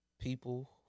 people